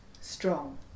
Strong